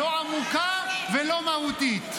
לא עמוקה ולא מהותית.